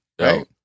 right